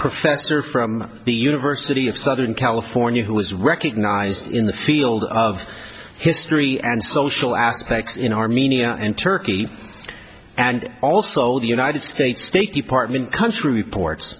professor from the university of southern california who was recognized in the field of history and social aspects in armenia and turkey and also the united states state department country reports